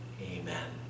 Amen